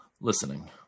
Listening